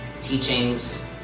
teachings